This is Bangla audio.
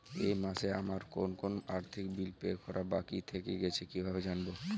এই মাসে আমার কোন কোন আর্থিক বিল পে করা বাকী থেকে গেছে কীভাবে জানব?